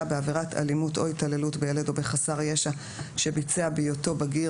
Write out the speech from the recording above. בעבירת אלימות או התעללות בילד או בחסר ישע שביצע בהיותו בגיר,